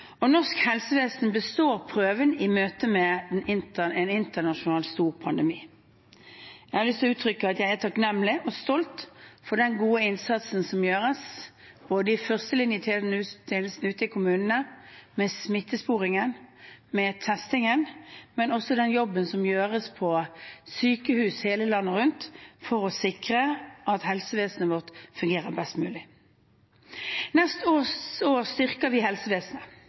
Norsk helsevesen består prøven i møte med en internasjonal storpandemi. Jeg har lyst til å uttrykke at jeg er takknemlig for og stolt over den gode innsatsen som gjøres i førstelinjetjenesten ute i kommunene, med smittesporingen, med testingen og også den jobben som gjøres på sykehus hele landet rundt for å sikre at helsevesenet vårt fungerer best mulig. Neste år styrker vi helsevesenet.